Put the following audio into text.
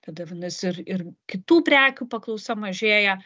tada vadinas ir ir kitų prekių paklausa mažėja